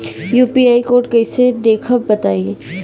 UPI code कैसे देखब बताई?